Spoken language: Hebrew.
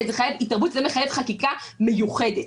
זה מחייב חקיקה מיוחדת.